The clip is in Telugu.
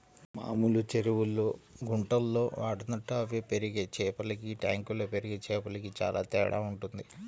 మామూలు చెరువుల్లో, గుంటల్లో వాటంతట అవే పెరిగే చేపలకి ట్యాంకుల్లో పెరిగే వాటికి చానా తేడా వుంటది